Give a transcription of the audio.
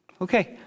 okay